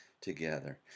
together